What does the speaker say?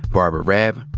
barbara raab,